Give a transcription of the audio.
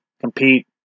compete